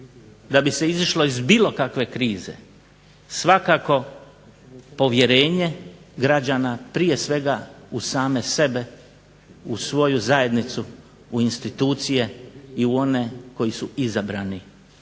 da bi se izašlo iz bilo kakve krize svakako povjerenje građana prije svega u same sebe u svoju zajednicu, u institucije i u one koji su izabrani